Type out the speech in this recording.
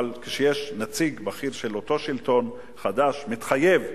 אבל כשנציג בכיר של אותו שלטון חדש מתחייב לנו,